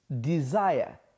desire